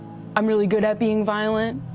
i'm really good at being violent,